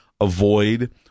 avoid